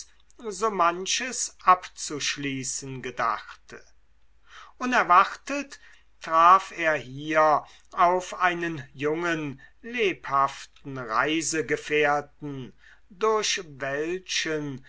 so manches abzuschließen gedachte unerwartet traf er hier auf einen jungen lebhaften reisegefährten durch welchen